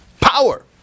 power